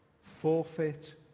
forfeit